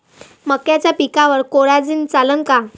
मक्याच्या पिकावर कोराजेन चालन का?